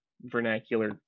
vernacular